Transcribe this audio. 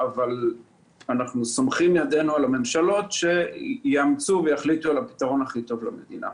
ואנחנו סומכים את ידינו על הממשלות שיחליטו על הפתרון הכי טוב למדינה.